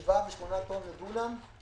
7 8 טון לדונם.